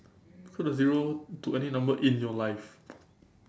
put a zero to any number in your life